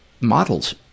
models